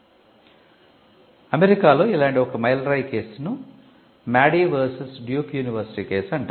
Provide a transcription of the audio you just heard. యుఎస్లో ఇలాంటి ఒక మైలురాయి కేసును Madey versus Duke university case అంటారు